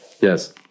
Yes